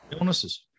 illnesses